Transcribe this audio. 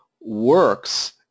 works